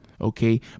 okay